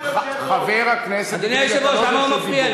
מפלגת שנאה, אדוני היושב-ראש, ואתם לא רוצים